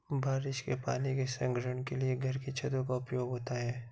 बारिश के पानी के संग्रहण के लिए घर की छतों का उपयोग होता है